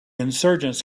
insurgents